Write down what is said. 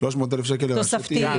תוספתיים.